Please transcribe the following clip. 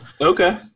Okay